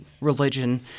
religion